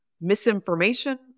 misinformation